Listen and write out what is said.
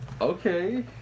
Okay